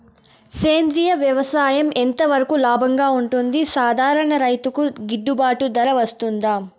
సేంద్రియ వ్యవసాయం ఎంత వరకు లాభంగా ఉంటుంది, సాధారణ రైతుకు గిట్టుబాటు ధర వస్తుందా?